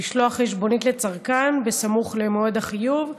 (משלוח חשבונית לצרכן בסמוך למועד החיוב)